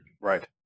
right